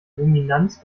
luminanz